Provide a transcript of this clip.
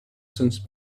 since